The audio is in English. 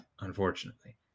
unfortunately